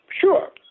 sure